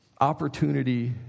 opportunity